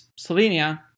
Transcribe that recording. Slovenia